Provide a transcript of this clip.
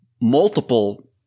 multiple